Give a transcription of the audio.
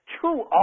True